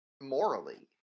morally